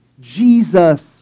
Jesus